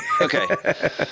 Okay